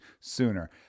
sooner